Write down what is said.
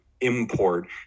import